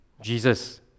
Jesus